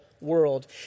world